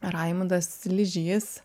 raimundas sližys